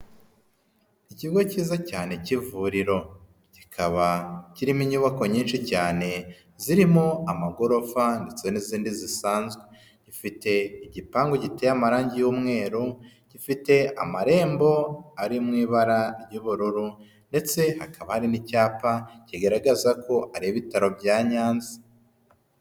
Ikigo cyiza cyane cy'ivuriro, kikaba kirimo inyubako nyinshi cyane, zirimo amagorofa, ndetse n'izindi zisanzwe, gifite igipangu giteye amarangi y'umweru, gifite amarembo ari mu ibara ry'ubururu, ndetse hakaba hari n'icyapa kigaragaza ko ari ibitaro bya Nyanza.